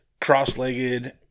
cross-legged